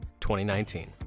2019